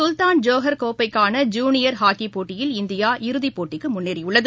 சுல்தான் Johor கோப்பைக்கான junior ஹாக்கிப் போட்டியில் இந்தியா இறுதிப் போட்டிக்கு முன்னேறியுள்ளது